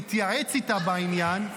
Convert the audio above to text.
להתייעץ איתה בעניין.